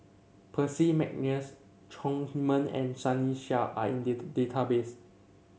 Percy McNeice Chong Heman and Sunny Sia are in the database